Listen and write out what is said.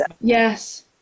yes